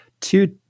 two